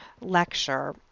lecture